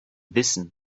wissen